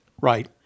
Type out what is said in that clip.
right